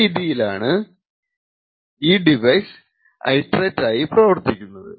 ഈ റീത്തിയിലാണ് ഈ ഡിവൈസ് ഇറ്ററേറ്റിവ് ആയി പ്രവർത്തിക്കുന്നത്